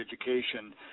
education